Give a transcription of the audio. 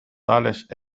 tales